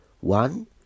One